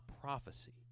prophecy